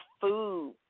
Food